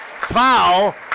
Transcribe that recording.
foul